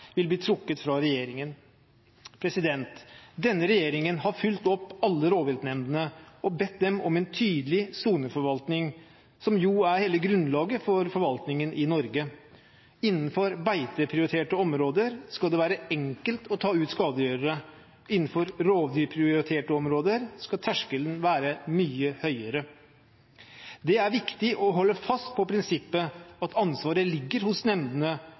vil bli trukket av regjeringen. Denne regjeringen har fulgt opp alle rovviltnemndene og bedt dem om en tydelig soneforvaltning, som jo er hele grunnlaget for forvaltningen i Norge. Innenfor beiteprioriterte områder skal det være enkelt å ta ut skadegjørere. Innenfor rovdyrprioriterte områder skal terskelen være mye høyere. Det er viktig å holde fast på prinsippet om at ansvaret ligger hos nemndene